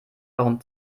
warum